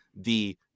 the-